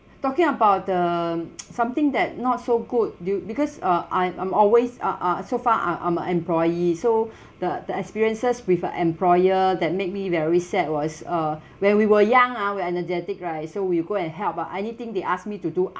talking about the something that not so good due because uh I'm I'm always uh uh so far uh I'm a employee so the the experiences with a employer that made me very sad was uh when we were young ah we're energetic right so we go and help ah anything they ask me to do